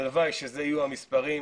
הלוואי שאלה יהיו המספרים,